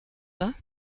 pas